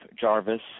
Jarvis